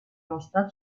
mostrar